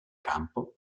campo